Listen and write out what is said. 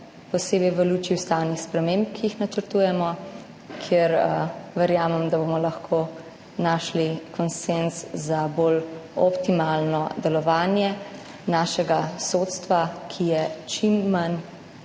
posebej v luči ustavnih sprememb, ki jih načrtujemo, kjer verjamem, da bomo lahko našli konsenz za bolj optimalno delovanje našega sodstva, ki je čim manj